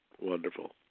Wonderful